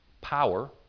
power